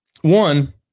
one